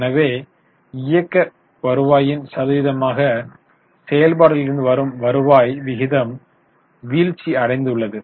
எனவே இயக்க வருவாயின் சதவீதமாக செயல்பாடுகளிலிருந்து வரும் வருவாய் விகிதம் வீழ்ச்சி அடைந்துள்ளது